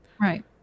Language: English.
Right